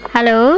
Hello